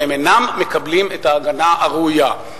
והם אינם מקבלים את ההגנה הראויה,